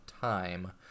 time